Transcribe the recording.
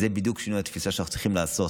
זה בדיוק שינוי התפיסה שאנחנו צריכים לעשות.